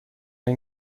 این